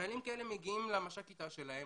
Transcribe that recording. חיילים כאלה מגיעים למש"קית ת"ש שלהם,